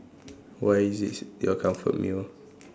why is it your comfort meal